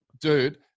Dude